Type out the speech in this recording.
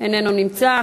איננו נמצא.